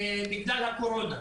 בגלל הקורונה.